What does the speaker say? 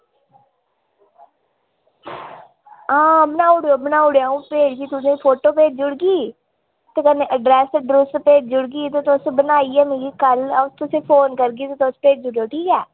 आं बनाई ओड़ेओ बनाई ओड़ेओ अंऊ तुसेंगी फोटो भेजी ओड़गी ते कन्नै एड्रेस भेजी ओड़गी ते तुस बनाइयै मिगी कल्ल अंऊ तुसेंगी फोन करगी तुस मिगी भेजी ओड़ेओ ठीक ऐ